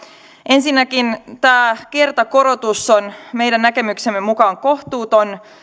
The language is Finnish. ensinnäkin tämä kertakorotus on meidän näkemyksemme mukaan kohtuuton